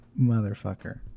motherfucker